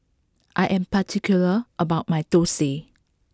I am particular about my Thosai